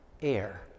air